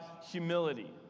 humility